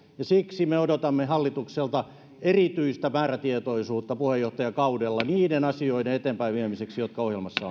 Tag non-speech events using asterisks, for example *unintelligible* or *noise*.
siksi me odotamme hallitukselta erityistä määrätietoisuutta puheenjohtajakaudella niiden asioiden eteenpäinviemiseksi jotka ohjelmassa *unintelligible*